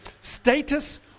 status